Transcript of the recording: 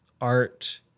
art